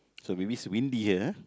so maybe it's windy here ah